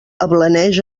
ablaneix